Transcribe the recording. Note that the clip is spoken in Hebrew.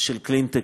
של קלינטק,